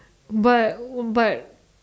but but